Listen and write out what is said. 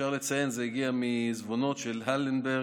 אפשר לציין שזה הגיע מעיזבונות של הלנברג,